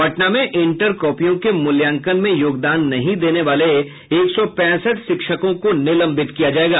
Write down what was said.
पटना में इंटर कॉपियों के मूल्यांकन में योगदान नहीं देने वाले एक सौ पैंसठ शिक्षकों को निलंबित किया जायेगा